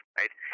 right